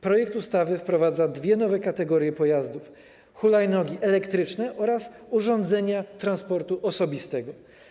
Projekt ustawy wprowadza dwie nowe kategorie pojazdów: hulajnogi elektryczne oraz urządzenia transportu osobistego.